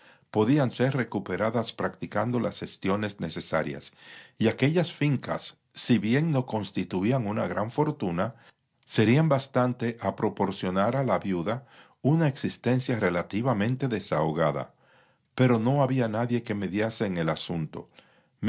podían ser recuperadas practicando las gestiones necesarias y aquellas fincas si bien no constituían una gran fortuna serían bastante a proporcionar a la viuda una existencia relativamente desahogada pero no había nadie que mediase en el asunto